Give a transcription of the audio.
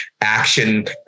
action